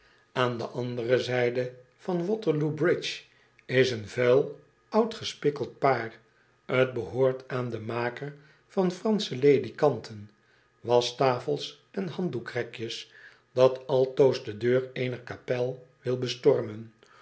aan de andere zijde van watcrloo bridge is een vuil oud gespikkeld paar t behoort aan een maker van eransche ledikanten waschtafels en handdoekrekjes dat altoos de deur eener kapel wil bestormen